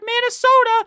Minnesota